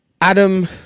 adam